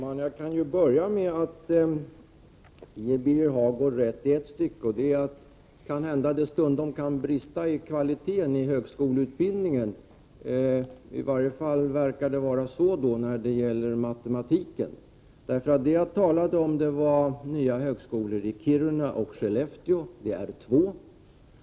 Fru talman! Till att börja med vill jag ge Birger Hagård rätt på en punkt. Då och då kan det nämligen måhända brista i fråga om kvaliteten på högskoleutbildningen. I varje fall verkar det vara så beträffande matematiken. Vad jag talade om var nya högskolor i Kiruna och Skellefteå — det blir två högskolor.